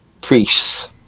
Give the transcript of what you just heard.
priests